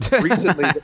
Recently